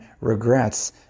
regrets